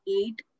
eight